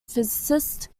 physicist